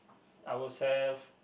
ourselves